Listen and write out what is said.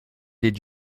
did